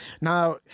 Now